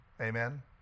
Amen